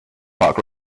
park